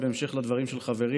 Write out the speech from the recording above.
בהמשך לדברים של חברי,